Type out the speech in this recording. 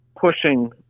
pushing